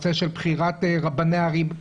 בבחירת רבני ערים.